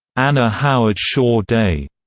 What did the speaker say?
anna howard shaw day,